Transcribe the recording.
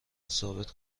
ثابت